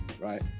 right